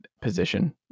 position